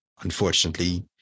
unfortunately